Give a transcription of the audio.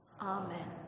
Amen